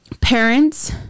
parents